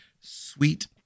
sweet